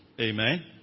Amen